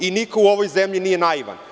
Niko u ovoj zemlji nije naivan.